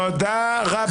תודה רבה.